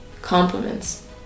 compliments